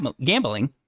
gambling